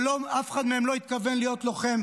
ואף אחד מהם לא התכוון להיות לוחם,